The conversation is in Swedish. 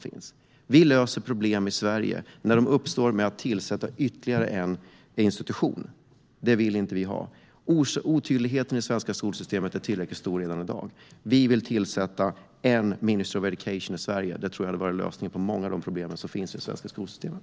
I Sverige löser vi problem som uppstår med att tillsätta ytterligare en institution. Det vill inte vi ha. Otydligheten i det svenska skolsystemet är tillräckligt stor redan i dag. Vi vill tillsätta ett Ministry of Education i Sverige - det tror vi hade varit lösningen på många av de problem som finns i det svenska skolsystemet.